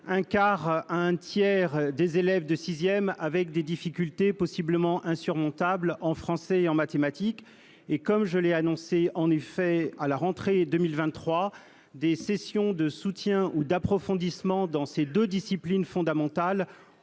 un quart et un tiers des élèves de sixième qui ont des difficultés, possiblement insurmontables, en français et en mathématiques. Comme je l'ai annoncé, lors de la rentrée 2023, des sessions de soutien ou d'approfondissement auront lieu dans ces deux disciplines fondamentales